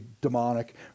demonic